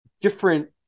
different